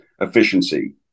efficiency